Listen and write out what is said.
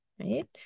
right